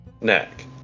neck